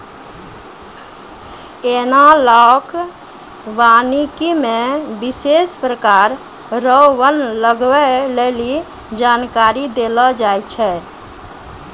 एनालाँक वानिकी मे विशेष प्रकार रो वन लगबै लेली जानकारी देलो जाय छै